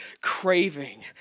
craving